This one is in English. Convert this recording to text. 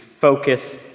focus